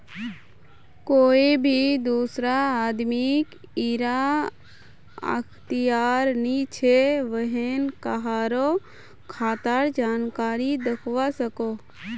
कोए भी दुसरा आदमीक इरा अख्तियार नी छे व्हेन कहारों खातार जानकारी दाखवा सकोह